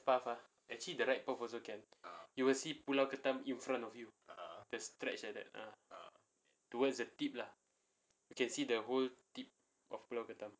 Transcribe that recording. path ah actually the right path also can you will see pulut ketam in front of you that stretch like that ah towards the tip lah you can see the whole tip of pulau ketam